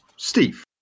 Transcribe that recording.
Steve